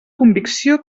convicció